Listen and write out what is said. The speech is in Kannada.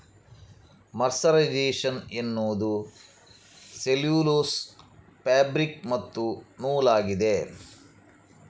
ಮರ್ಸರೈಸೇಶನ್ ಎನ್ನುವುದು ಸೆಲ್ಯುಲೋಸ್ ಫ್ಯಾಬ್ರಿಕ್ ಮತ್ತು ನೂಲಾಗಿದೆ